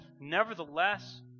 nevertheless